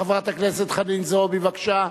חברת הכנסת חנין זועבי, בבקשה.